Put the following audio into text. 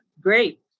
great